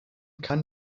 can